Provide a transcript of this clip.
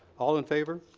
all in favor?